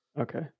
okay